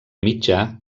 mitjà